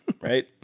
right